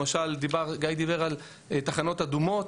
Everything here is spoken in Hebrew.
למשל, גיא דיבר על תחנות אדומות.